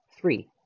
Three